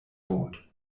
wohnt